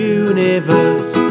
universe